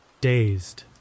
dazed